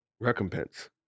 recompense